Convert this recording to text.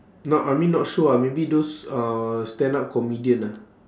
not I mean not show ah maybe those uh stand up comedian ah